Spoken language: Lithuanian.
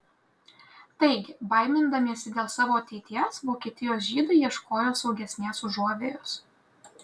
taigi baimindamiesi dėl savo ateities vokietijos žydai ieškojo saugesnės užuovėjos